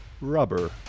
rubber